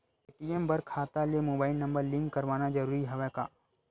ATM बर खाता ले मुबाइल नम्बर लिंक करवाना ज़रूरी हवय का?